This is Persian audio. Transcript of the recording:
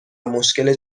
مشکل